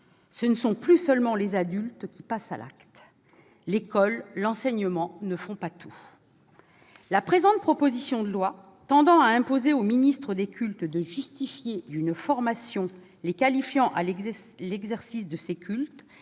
il n'y a plus seulement que les adultes qui passent à l'acte. L'école et l'enseignement ne font pas tout. La présente proposition de loi tendant à imposer aux ministres des cultes de justifier d'une formation les qualifiant à l'exercice de ces cultes,